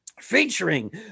featuring